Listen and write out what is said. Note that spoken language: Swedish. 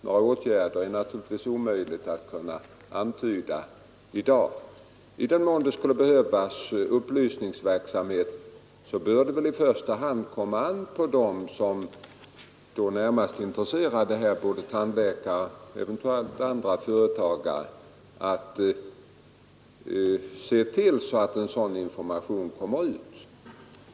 Några åtgärder är det omöjligt att antyda i dag. I den mån det skulle behövas upplysningsverksamhet, så bör det väl i första hand ankomma på dem som är närmast intresserade här — tandläkare och tandtekniker — att se till att en sådan information ges.